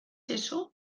eso